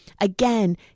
again